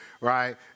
right